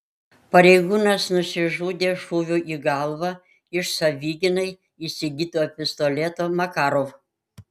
pareigūnas nusižudė šūviu į galvą iš savigynai įsigyto pistoleto makarov